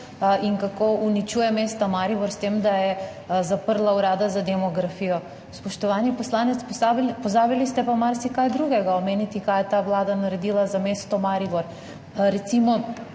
in kako uničuje mesto Maribor s tem, da je zaprla Urada za demografijo. Spoštovani poslanec, pozabili ste pa marsikaj drugega omeniti, kaj je ta vlada naredila za mesto Maribor, recimo